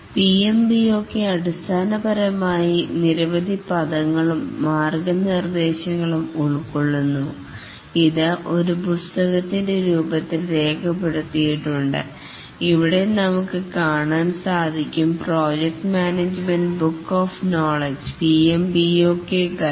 PMBOK അടിസ്ഥാനപരമായി നിരവധി പദങ്ങളും മാർഗനിർദേശങ്ങളും ഉൾകൊള്ളുന്നു ഇത് ഒരു പുസ്തകത്തിൻറെ രൂപത്തിൽ രേഖപ്പെടുത്തിയിട്ടുണ്ട് ഇവിടെ നമുക്ക് കാണാൻ സാധിക്കും project management book of knowledge PMBOK guide